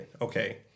Okay